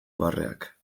barreak